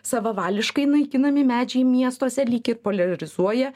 savavališkai naikinami medžiai miestuose lyg ir poliarizuoja